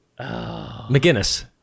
McGinnis